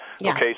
Okay